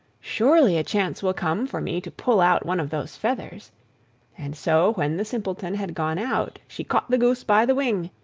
surely a chance will come for me to pull out one of those feathers and so when the simpleton had gone out, she caught the goose by the wing.